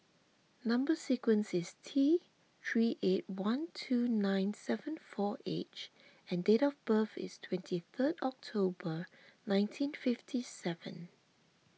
Number Sequence is T three eight one two nine seven four H and date of birth is twenty third October nineteen fifty seven